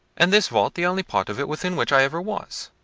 and this vault the only part of it within which i ever was.